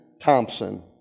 Thompson